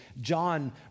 John